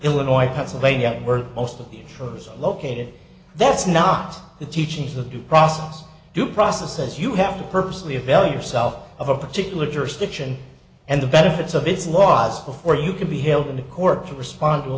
illinois pennsylvania where most of the roads are located that's not the teachings of due process due process says you have to purposely avail yourself of a particular jurisdiction and the benefits of its laws before you can be held in a court to respond to